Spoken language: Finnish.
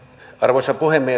arvoisa puhemies